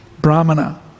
brahmana